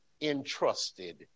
entrusted